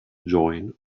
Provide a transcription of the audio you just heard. join